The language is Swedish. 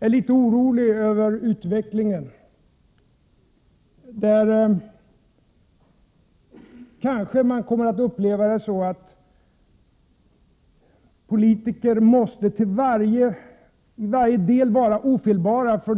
är litet orolig över utvecklingen — man kanske kommer att uppleva det så att politiker måste i varje del vara ofelbara.